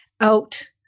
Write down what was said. out